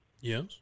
Yes